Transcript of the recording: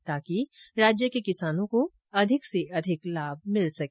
ताकि राज्य के किसानों को अधिकाधिक लाभ मिल सके